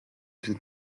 suoi